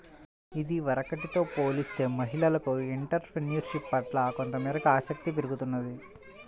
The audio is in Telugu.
ఇదివరకటితో పోలిస్తే మహిళలకు ఎంటర్ ప్రెన్యూర్షిప్ పట్ల కొంతమేరకు ఆసక్తి పెరుగుతున్నది